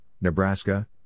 Nebraska